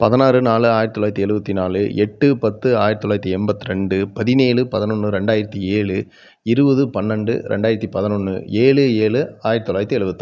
பதினாறு நாலு ஆயிரத்தி தொள்ளாயிரத்தி எழுவத்தி நாலு எட்டு பத்து ஆயிரத்தி தொள்ளாயிரத்தி எண்பத்து ரெண்டு பதினேழு பதினொன்று ரெண்டாயிரத்தி ஏழு இருபது பன்னெரெண்டு ரெண்டாயிரத்தி பதினொன்று ஏழு ஏழு ஆயிரத்தி தொள்ளாயிரத்தி எழுபத்தாறு